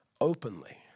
openly